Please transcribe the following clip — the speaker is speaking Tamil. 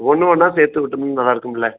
ஒன்று ஒன்னாக சேர்த்து விட்டம்ன்னா நல்லா இருக்கும்ல